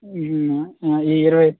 ఈ ఇరవై